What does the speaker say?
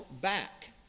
back